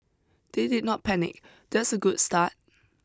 they did not panic that's a good start